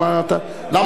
למה אתה רואה את זה?